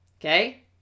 Okay